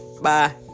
Bye